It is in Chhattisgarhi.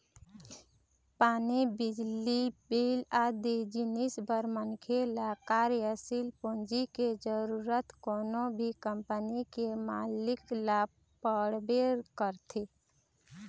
पानी, बिजली बिल आदि जिनिस बर मनखे ल कार्यसील पूंजी के जरुरत कोनो भी कंपनी के मालिक ल पड़बे करथे